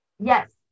Yes